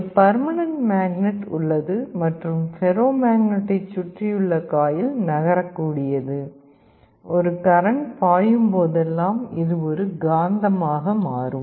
ஒரு permanent magnet உள்ளது மற்றும் ஃபெரோ மேக்னட்டைச் சுற்றியுள்ள காயில் நகரக்கூடியது ஒரு கரண்ட் பாயும் போதெல்லாம் இது ஒரு காந்தமாக மாறும்